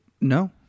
No